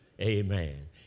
Amen